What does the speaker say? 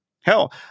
Hell